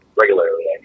regularly